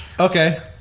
Okay